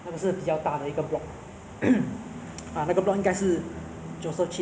所以你现在是 year two in N_Y_P